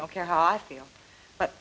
don't care how i feel but